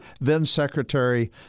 then-Secretary